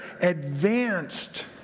advanced